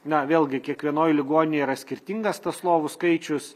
na vėlgi kiekvienoj ligoninėj yra skirtingas tas lovų skaičius